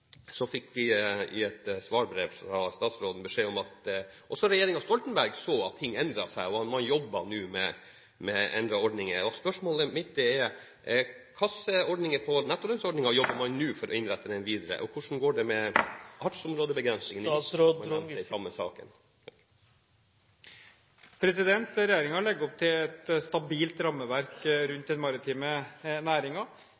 fikk vi i et svarbrev fra statsråden beskjed om at også regjeringen Stoltenberg så at ting endret seg, og at man jobbet med å endre ordningen. Spørsmålet mitt er: Når det gjelder nettolønnsordningen, hva jobber man nå med for å innrette den videre, og hvordan går det med fartsområdebegrensningene i NIS, som man nevnte i samme sak? Regjeringen legger opp til et stabilt rammeverk